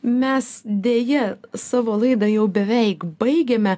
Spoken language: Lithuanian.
mes deja savo laidą jau beveik baigėme